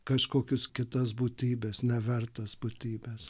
kažkokius kitas būtybes nevertas būtybes